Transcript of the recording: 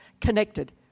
connected